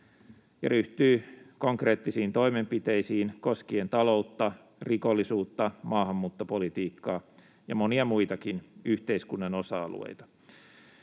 ja ryhtyy konkreettisiin toimenpiteisiin koskien taloutta, rikollisuutta, maahanmuuttopolitiikkaa ja monia muitakin yhteiskunnan osa-alueita.